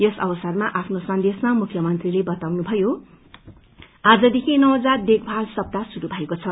यस अवसरमा आफ्नो संदेशमा मुख्यमन्त्रीले बताउनुभयो आजदेखि नवजात देखभल सप्ताह शुरू भएको छ